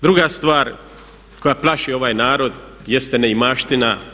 Druga stvar koja plaši ovaj narod jeste neimaština.